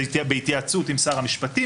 זה יהיה בהתייעצות עם שר המשפטים,